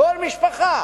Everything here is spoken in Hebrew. כל משפחה,